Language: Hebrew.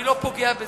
אני לא פוגע בזה.